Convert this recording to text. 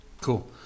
Cool